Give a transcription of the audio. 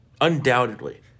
Undoubtedly